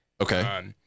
Okay